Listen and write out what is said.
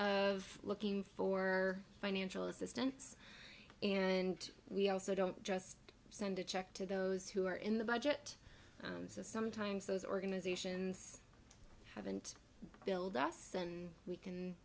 of looking for financial assistance and we also don't just send a check to those who are in the budget so sometimes those organizations haven't billed us and we can